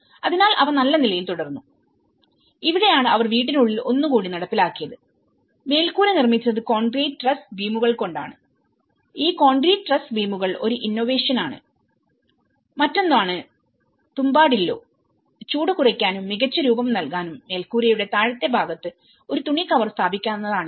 അതിനാൽ അവ നല്ല നിലയിൽ തുടർന്നു ഇവിടെയാണ് അവർ വീടിനുള്ളിൽ ഒന്ന് കൂടി നടപ്പിലാക്കിയത് മേൽക്കൂര നിർമ്മിച്ചത് കോൺക്രീറ്റ് ട്രസ് ബീമുകൾകൊണ്ടാണ് ഈ കോൺക്രീറ്റ് ട്രസ് ബീമുകൾഒരു ഇന്നോവേഷൻ ആണ് മറ്റൊന്നാണ് തുംബാഡില്ലോ ചൂട് കുറയ്ക്കാനും മികച്ച രൂപം നൽകാനും മേൽക്കൂരയുടെ താഴത്തെ ഭാഗത്ത് ഒരു തുണി കവർ സ്ഥാപിക്കുന്നതാണിത്